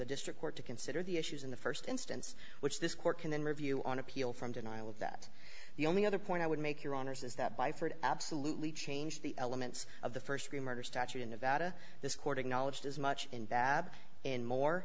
the district court to consider the issues in the st instance which this court can then review on appeal from denial of that the only other point i would make your honor says that by for it absolutely changed the elements of the st three murders statute in nevada this court acknowledged as much in bab and more